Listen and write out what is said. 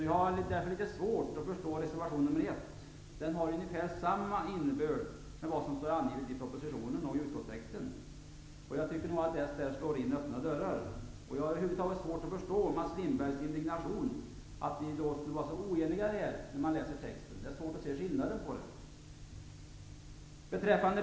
Jag har därför litet svårt att förstå reservation nr 1. Den har ungefär samma innebörd som det som anförs i propositionen och i utskottstexten. Jag tycker därför att Socialdemokraterna slår in öppna dörrar. Jag har när jag läser texterna över huvud taget svårt att förstå Mats Lindbergs indignation över att vi skulle vara så oeniga. Det är svårt att se några skillnader mellan dem.